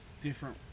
different